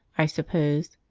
i suppose.